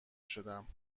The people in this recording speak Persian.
شدم